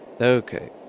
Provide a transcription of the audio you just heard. Okay